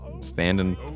standing